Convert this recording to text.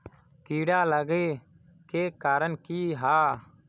कीड़ा लागे के कारण की हाँ?